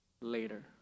later